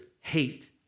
hate